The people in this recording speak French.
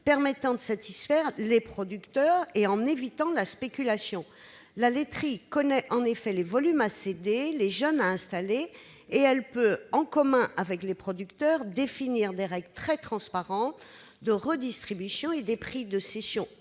permis de satisfaire les producteurs tout en évitant la spéculation. La laiterie connaît en effet les volumes à céder et les jeunes à installer, et elle peut, en commun avec les producteurs, définir des règles très transparentes de redistribution et des prix de cession